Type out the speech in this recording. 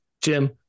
Jim